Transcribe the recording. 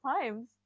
times